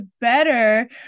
better